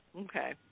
Okay